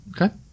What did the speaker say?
Okay